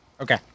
Okay